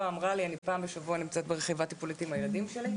אני פעם בשבוע נמצאת ברכיבה הטיפולית עם הילדים שלי.